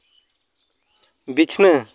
ᱵᱤᱪᱷᱱᱟᱹ